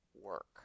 work